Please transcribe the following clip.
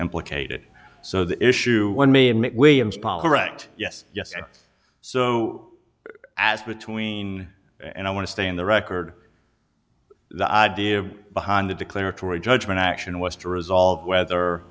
implicated so the issue when me and williams policy right yes yes so between and i want to stay in the record the idea behind the declaratory judgment action was to resolve whether